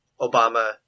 Obama